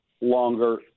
longer